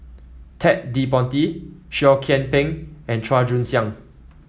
Ted De Ponti Seah Kian Peng and Chua Joon Siang